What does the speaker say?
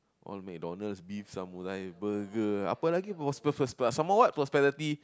all MacDonald's beef samurai burger apa lagi some more what prosperity